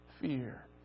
fear